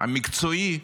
המקצועי,